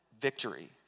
victory